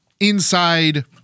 Inside